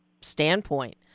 standpoint